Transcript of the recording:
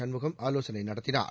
சண்முகம் ஆலோசனை நடத்தினார்